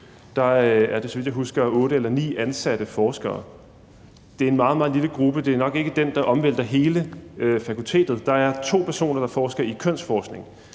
KU er der, så vidt jeg husker, otte eller ni ansatte forskere. Det er en meget, meget lille gruppe, og det er nok ikke den, der omvælter hele fakultetet. Der er to personer, der forsker i kønsforskning.